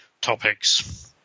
topics